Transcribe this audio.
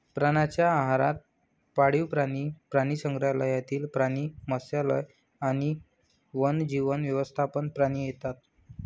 प्राण्यांच्या आहारात पाळीव प्राणी, प्राणीसंग्रहालयातील प्राणी, मत्स्यालय आणि वन्यजीव व्यवस्थापन प्राणी येतात